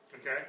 Okay